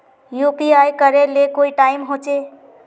UPI करे ले कोई टाइम होचे?